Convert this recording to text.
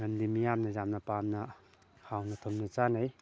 ꯃꯔꯝꯗꯤ ꯃꯤꯌꯥꯝꯅ ꯌꯥꯝꯅ ꯄꯥꯝꯅ ꯍꯥꯎꯅ ꯊꯨꯝꯅ ꯆꯥꯅꯩ